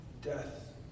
death